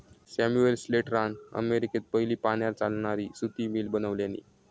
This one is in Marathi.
सैमुअल स्लेटरान अमेरिकेत पयली पाण्यार चालणारी सुती मिल बनवल्यानी